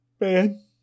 man